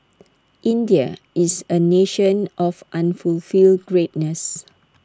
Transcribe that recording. India is A nation of unfulfilled greatness